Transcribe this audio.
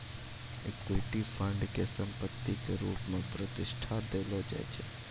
equity fund के संपत्ति के रुप मे प्रतिष्ठा देलो जाय छै